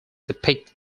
depict